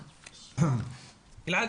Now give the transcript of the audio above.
גלעד,